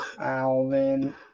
Alvin